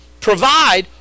provide